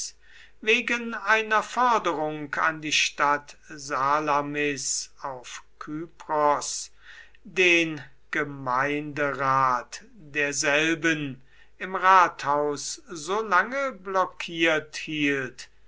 wegen einer forderung an die stadt salamis auf kypros den gemeinderat derselben im rathaus so lange blockiert hielt